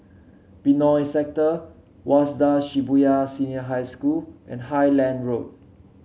Benoi Sector Waseda Shibuya Senior High School and Highland Road